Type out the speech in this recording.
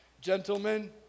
Gentlemen